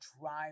drive